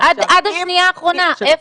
עד השנייה האחרונה.